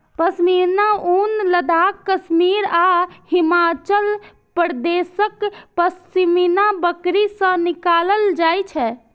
पश्मीना ऊन लद्दाख, कश्मीर आ हिमाचल प्रदेशक पश्मीना बकरी सं निकालल जाइ छै